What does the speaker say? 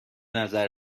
نظر